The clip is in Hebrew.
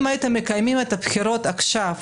אם הייתם מקיימים את הבחירות עכשיו,